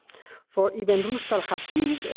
for ibn rushd al-hafid,